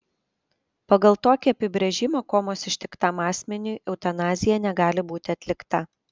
pagal tokį apibrėžimą komos ištiktam asmeniui eutanazija negali būti atlikta